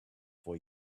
for